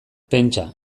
pentsa